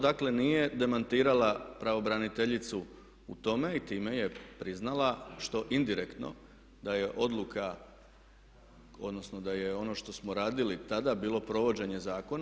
Dakle, nije demantirala pravobraniteljicu u tome i time je priznala što indirektno da je odluka odnosno da je ono što smo radili tada bilo provođenje zakona.